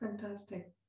Fantastic